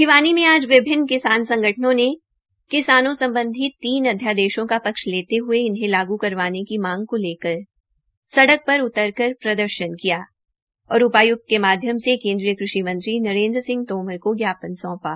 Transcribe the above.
भिवानी से आज विभिन्न किसान संगठनों ने किसानों सम्बधी तीन अध्यादेशों का पक्ष लेते हये इन्हें लागू करवाने की मांग को लेकर सड़क पर उतरकर प्रदर्शन किया और उपाय्क्त के माध्यम से केन्द्रीय कृषि मंत्री नरेन्द्र सिंह तोमर का ज्ञापन सौंपा